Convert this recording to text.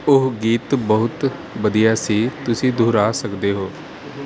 ਉਹ ਗੀਤ ਬਹੁਤ ਵਧੀਆ ਸੀ ਤੁਸੀਂ ਦੁਹਰਾ ਸਕਦੇ ਹੋ